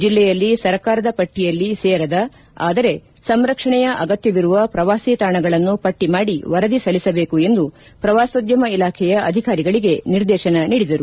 ಜಲ್ಲೆಯಲ್ಲಿ ಸರ್ಕಾರದ ಪಟ್ಟಯಲ್ಲಿ ಸೇರದ ಆದರೆ ಸಂರಕ್ಷಣೆಯ ಅಗತ್ಯವಿರುವ ಪ್ರವಾಸಿ ತಾಣಗಳನ್ನು ಪಟ್ಟಿ ಮಾಡಿ ವರದಿ ಸಲ್ಲಿಸಬೇಕು ಎಂದು ಪ್ರವಾಸೋದ್ಯಮ ಇಲಾಖೆಯ ಅಧಿಕಾರಿಗಳಿಗೆ ನಿರ್ದೇಶನ ನೀಡಿದರು